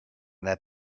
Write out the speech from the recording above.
their